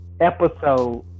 Episode